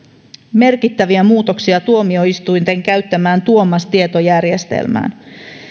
merkittäviä muutoksia tuomioistuinten käyttämään tuomas tietojärjestelmään